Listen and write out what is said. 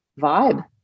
vibe